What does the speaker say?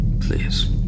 Please